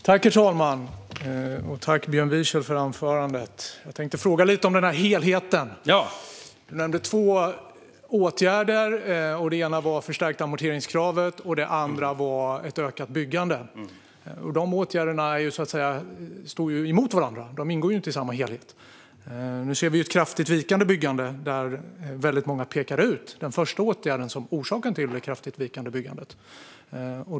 Herr talman! Tack, Björn Wiechel, för anförandet! Jag tänkte fråga lite om den där helheten. Du nämnde två åtgärder. Den ena var det förstärkta amorteringskravet, och den andra var ett ökat byggande. Men dessa åtgärder står emot varandra; de ingår inte i samma helhet. Nu ser vi ett kraftigt vikande byggande, där många pekar ut den första åtgärden som orsaken till det kraftigt vikande byggandet.